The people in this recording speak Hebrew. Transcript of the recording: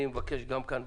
אני מבקש גם כאן.